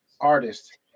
artist